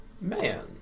Man